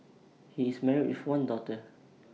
he is married with one daughter